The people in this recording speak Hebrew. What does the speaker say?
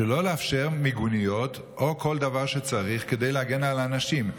ולא לאפשר מיגוניות או כל דבר שצריך כדי להגן על אנשים.